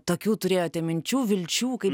tokių turėjote minčių vilčių kaip